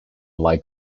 lie